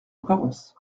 apparence